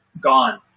gone